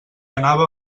anava